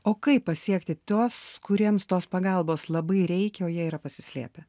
o kaip pasiekti tuos kuriems tos pagalbos labai reikia o jie yra pasislėpę